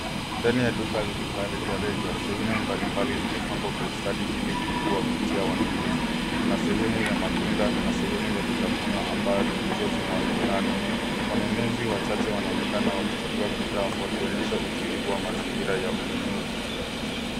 Ndani la duka la rejareja, sehemu mbalimbali zimepangwa ustadi ili kuwavutia wanunuzi. Kuna sehemu ya matunda na sehemu ya vitafuno ambazo zinaonekana. Wanunuzi wachache wanaonekana wakichagua bidhaa, wakionyesha utulivu wa mazingira ya ununuzi.